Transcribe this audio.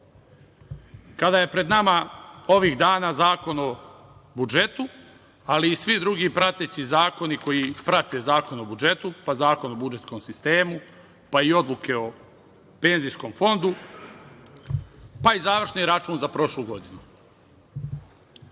kada je pred nama ovih dana Zakon o budžetu, ali i svi drugi prateći zakoni koji prate Zakon o budžetu, pa Zakon o budžetskom sistemu, pa i odluke o Penzijskom fondu, pa i završni račun za prošlu godinu. Kada